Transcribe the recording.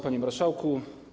Panie Marszałku!